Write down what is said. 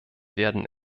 werden